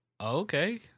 Okay